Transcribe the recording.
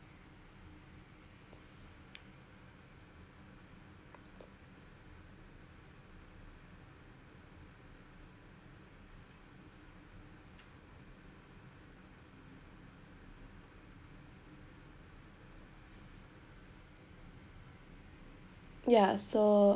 ya so